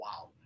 Wow